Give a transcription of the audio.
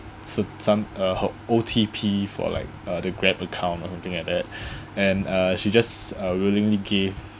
s~ some uh o O_T_P for like uh the Grab account or something like that and uh she just uh willingly give